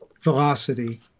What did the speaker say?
velocity